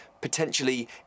potentially